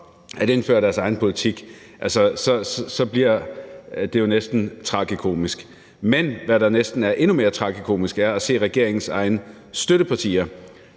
at indføre deres egen politik, så bliver det jo næsten tragikomisk. Men hvad der næsten er endnu mere tragikomisk, er at se regeringens egne støttepartier.